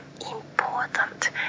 important